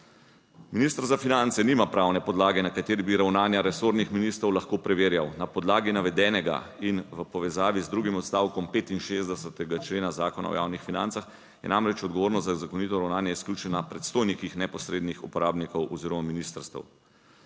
Minister za finance nima pravne podlage, na kateri bi ravnanja resornih ministrov lahko preverjal. Na podlagi navedenega in v povezavi z drugim odstavkom 65. člena Zakona o javnih financah je namreč odgovornost za zakonito ravnanje izključno na predstojnikih neposrednih uporabnikov oziroma ministrstev.